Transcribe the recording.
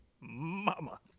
mama